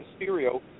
Mysterio